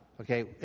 okay